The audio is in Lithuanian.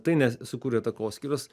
tai ne sukūrė takoskyras